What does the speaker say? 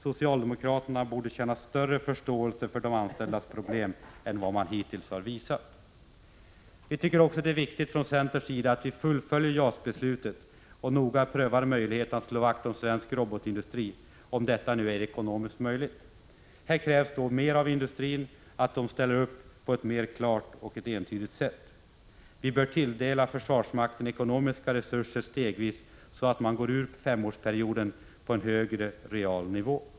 Socialdemokraterna borde känna större förståelse för de anställdas problem än vad man hittills har visat. Vi tycker från centerns sida också att det är viktigt att vi fullföljer JAS-beslutet och noga prövar möjligheten att slå vakt om svensk robotindustri, om detta nu är ekonomiskt möjligt. Här krävs i så fall mer av industrin, att den ställer upp på ett klart och entydigt sätt. Vi bör stegvis tilldela försvarsmakten sådana ekonomiska resurser att man går ur femårsperioden på en högre real nivå.